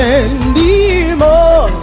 anymore